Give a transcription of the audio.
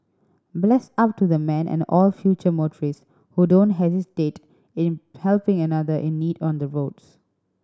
bless up to the man and all future motorists who don't hesitate in helping another in need on the roads